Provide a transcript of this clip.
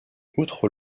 outre